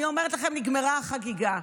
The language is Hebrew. אני אומרת לכם, נגמרה החגיגה.